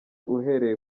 uhereye